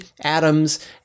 atoms